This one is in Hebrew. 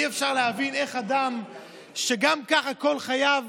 אי-אפשר להבין איך אדם שגם ככה כל חייו